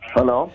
Hello